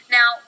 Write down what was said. Now